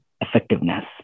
effectiveness